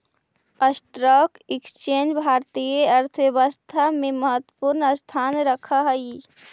stock exchange भारतीय अर्थव्यवस्था में महत्वपूर्ण स्थान रखऽ हई